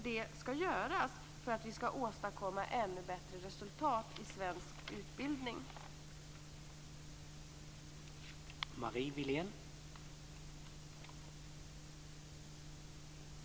Detta skall göras för att vi skall kunna åstadkomma ännu bättre resultat i svensk utbildningsverksamhet.